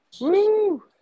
Woo